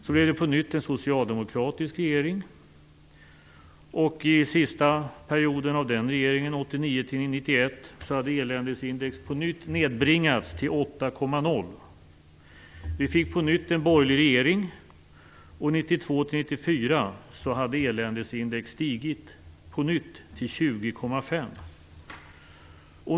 Så blev det på nytt en socialdemokratisk regering, och i sista perioden av den regeringen, 1989-1991, hade eländesindex på nytt nedbringats till 8,0. Vi fick på nytt en borgerlig regering, och 1992-1994 hade eländesindex stigit på nytt till 20,5.